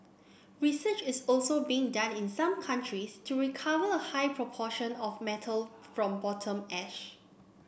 research is also being done in some countries to recover a higher proportion of metal from bottom ash